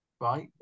right